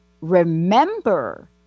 remember